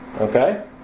Okay